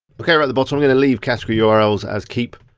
okay we're at the bottom, i'm gonna leave category urls as keep.